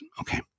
Okay